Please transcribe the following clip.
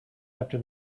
after